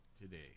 today